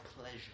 pleasure